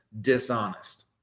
dishonest